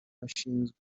ashinzwe